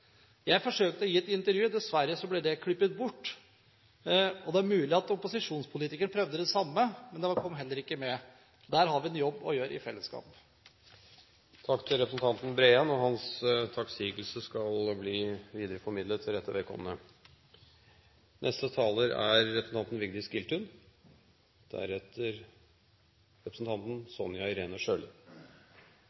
Jeg forsøkte å gi et intervju, men dessverre ble det klippet bort. Det er mulig at opposisjonspolitikere prøvde det samme, men det kom heller ikke med. Der har vi en jobb å gjøre i fellesskap. Takk til representanten Breen. Hans takksigelser skal bli videreformidlet til rette vedkommende.